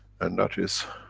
and that is,